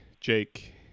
Jake